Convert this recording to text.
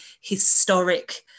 historic